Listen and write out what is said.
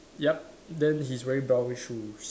yup then he's wearing brown shoes